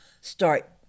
start